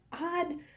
odd